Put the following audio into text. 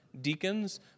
deacons